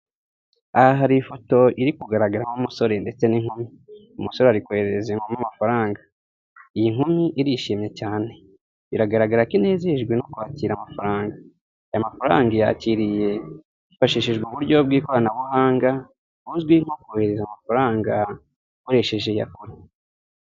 Aha hari ifoto iri kugaragara nk'umusore ndetse n'inkumi, umusore ari kohereza inkumi amafaranga, iyi nkumi irishimye cyane biragaragara ko inezejwe no kwakira amafaranga, aya mafaranga yakiriye hifashishijwe uburyo bw'ikoranabuhanga kohereza amafaranga nkoresheje iyakure.